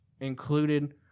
included